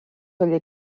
oli